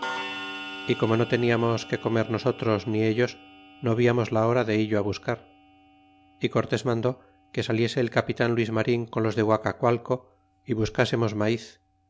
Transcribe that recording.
y como no teniamos que comer nosotros ni ellos no viamos la hora de illo á buscar y cortés mandó que saliese el capitan luis marin con los de guacacualco y buscasemos maiz